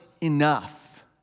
enough